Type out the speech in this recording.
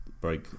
break